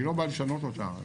אני בא לשנות אותה.